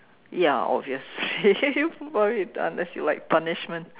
ya obviously why you unless you like punishment